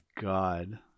God